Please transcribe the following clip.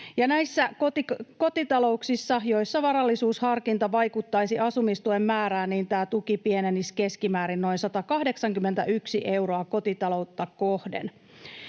kotitalouksissa, joissa varallisuusharkinta vaikuttaisi asumistuen määrään, tämä tuki pienenisi keskimäärin noin 181 euroa kotitaloutta kohden.